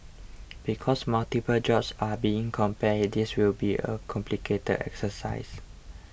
because multiple jobs are being compared this will be a complicated exercise